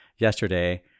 Yesterday